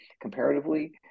comparatively